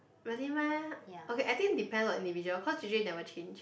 really meh okay I think depend on individual cause usually they will change